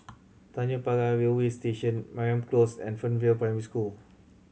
Tanjong Pagar Railway Station Mariam Close and Fernvale Primary School